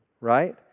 right